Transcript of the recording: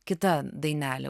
kita dainelė